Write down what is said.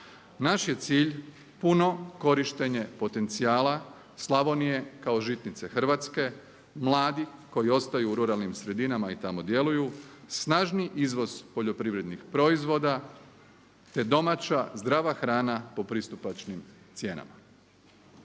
Naš je cilj puno korištenje potencijala Slavonije kao žitnice Hrvatske, mladih koji ostaju u ruralnim sredinama i tamo djeluju, snažniji izvoz poljoprivrednih proizvoda te domaća zdrava hrana po pristupačnim cijenama.